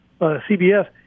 CBS